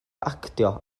actio